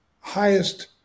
highest